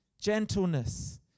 gentleness